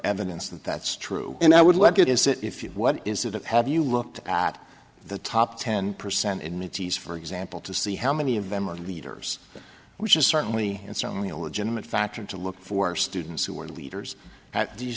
evidence that that's true and i would like it is that if you what incident have you looked at the top ten percent enmities for example to see how many of them are leaders which is certainly and certainly a legitimate factor to look for students who are leaders at do you